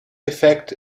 effekt